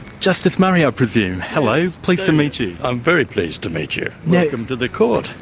justice murray, i presume, hello, pleased to meet you. i'm very pleased to meet you. welcome to the court.